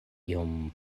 iom